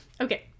Okay